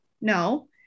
no